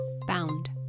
bound